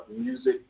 Music